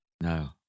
No